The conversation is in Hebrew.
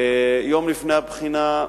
יום לפני הבחינה,